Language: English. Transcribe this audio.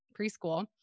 Preschool